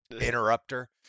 Interrupter